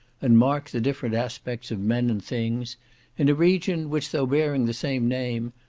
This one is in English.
and mark the different aspects of men and things in a region which, though bearing the same name,